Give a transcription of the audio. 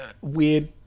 Weird